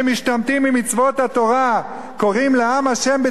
קוראים לעם השם בציון בימי תשעת הימים,